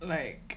like